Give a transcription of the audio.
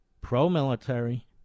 pro-military